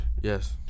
Yes